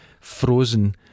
frozen